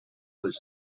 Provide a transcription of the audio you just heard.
was